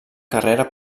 carrera